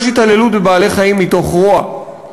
יש התעללות בבעלי-חיים מתוך רוע,